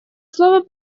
слово